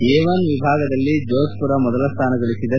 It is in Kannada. ಎ ವಿಭಾಗದಲ್ಲಿ ಜೋಧ್ಮರ ಮೊದಲ ಸ್ಥಾನ ಗಳಿಸಿದೆ